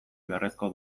beharrezko